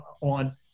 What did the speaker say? on